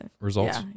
results